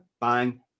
bang